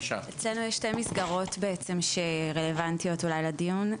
אצלנו שתי מסגרות שאולי רלוונטיות לדיון.